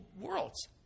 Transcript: worlds